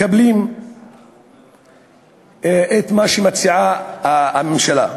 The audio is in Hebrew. מקבלים את מה שמציעה הממשלה.